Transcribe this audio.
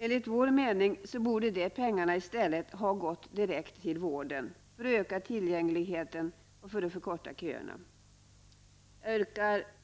Enligt vår mening borde de pengarna i stället gått direkt till vården för att öka tillgängligheten och för att förkorta köerna.